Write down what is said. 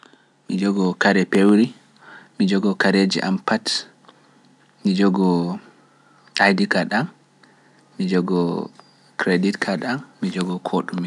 Mi jogo kare pewri, mi jogo ID card am, mi jogo kredit kad am, mi jogo kareji am pat.